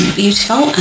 beautiful